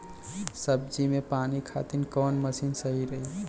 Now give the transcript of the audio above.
सब्जी में पानी खातिन कवन मशीन सही रही?